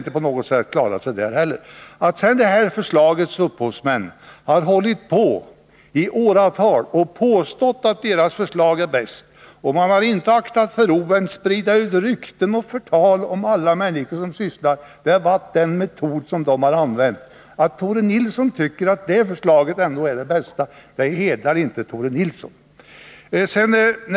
Alltså kunde förslaget inte genomföras i det avseendet heller. Upphovsmännen till detta förslag har i åratal påstått att deras förslag var det bästa, och de har inte aktat för rov att sprida ut rykten och förtal om alla dem som sysslar med den här frågan. Det är den metod de har använt. Att Tore Nilsson tycker att det förslaget ändå är det bästa hedrar kanske inte Tore Nilsson.